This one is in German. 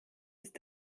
ist